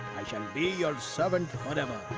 i shall be your servant forever.